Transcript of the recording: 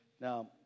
Now